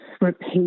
Repeat